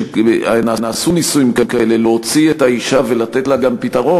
שנעשו נישואים כאלה להוציא את האישה ולתת לה גם פתרון.